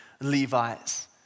Levites